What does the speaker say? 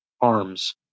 arms